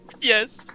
Yes